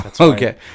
Okay